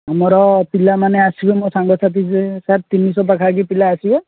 ଆମର ପିଲାମାନେ ଆସିବେ ମୋ ସାଙ୍ଗ ସାଥି ଯିଏ ସାର୍ ତିନି ଶହ ପାଖାପାଖି ପିଲା ଆସିବେ